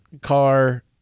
Car